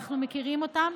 אנחנו מכירים אותם